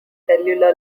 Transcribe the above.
cellular